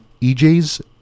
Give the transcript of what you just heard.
EJ's